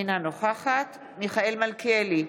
אינה נוכחת מיכאל מלכיאלי,